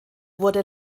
wurde